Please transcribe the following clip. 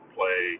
play